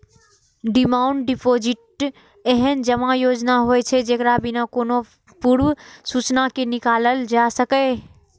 demand deposit एहन जमा योजना होइ छै, जेकरा बिना कोनो पूर्व सूचना के निकालल जा सकैए